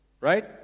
right